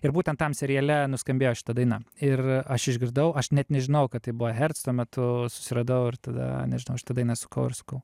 ir būtent tam seriale nuskambėjo šita daina ir aš išgirdau aš net nežinojau kad tai buvo herc tuo metu susiradau ir tada nežinau šitą dainą sukau ir sukau